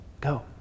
Go